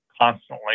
constantly